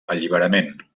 alliberament